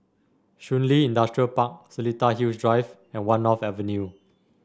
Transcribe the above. Shun Li Industrial Park Seletar Hills Drive and One North Avenue